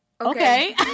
Okay